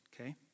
okay